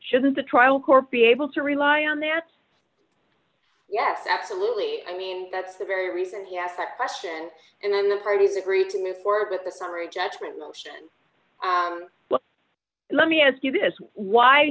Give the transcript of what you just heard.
shouldn't the trial court be able to rely on their yes absolutely i mean that's the very reason he asked that question and then the parties agreed to move forward with the summary judgment motion well let me ask you this why